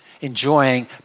enjoying